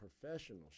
professional